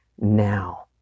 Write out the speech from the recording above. now